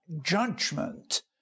judgment